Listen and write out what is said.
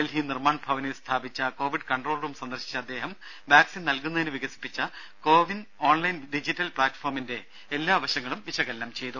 ഡൽഹി നിർമ്മാൺ ഭവനിൽ സ്ഥാപിച്ച Covid control room സന്ദർശിച്ച അദ്ദേഹം വാക്സിൻ നൽകുന്നതിന് വികസിപ്പിച്ച കോവിൻ ഓൺലൈൻ ഡിജിറ്റൽ പ്ലാറ്റ് ഫോമിന്റെ എല്ലാ വശങ്ങളും വിശകലനം ചെയ്തു